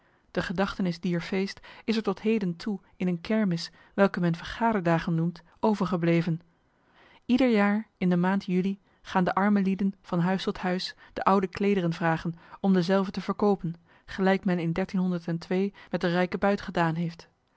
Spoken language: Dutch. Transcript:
de gedachtenis dier feest is er tot heden toe in een kermis welke men vergaderdagen noemt overgebleven ieder jaar in de maand juli gaan de arme lieden van huis tot huis de oude klederen vragen om dezelve te verkopen gelijk men in met de rijke buit gedaan heeft